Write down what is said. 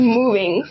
moving